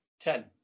Ten